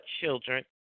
children